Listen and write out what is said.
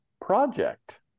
project